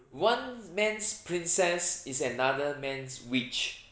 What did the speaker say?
one man's princess is another man's witch